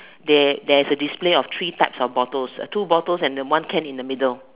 there there's a display of three types of bottles two bottles and the one can in the middle